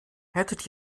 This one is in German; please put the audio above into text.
hättet